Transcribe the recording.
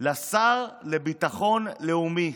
לשר לביטחון לאומי,